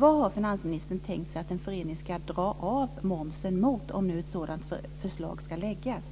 Vad har finansministern tänkt sig att en förening ska dra av momsen mot, om nu ett sådant förslag ska läggas fram?